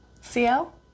CL